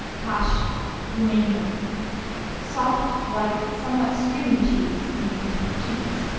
kash rumania soft, white, somewhat stringy cheese named cheese.